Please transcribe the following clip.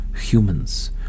humans